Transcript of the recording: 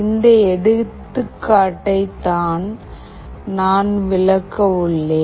இந்த எடுத்துக்காட்டை தான் நான் விளக்கவுள்ளேன்